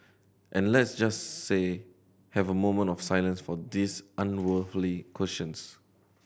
and let's just see have a moment of silence for these unworldly questions